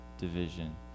division